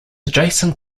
adjacent